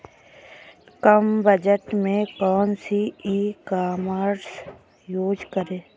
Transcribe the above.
कम budget में कौन सी ई कॉमर्स यूज़ करें?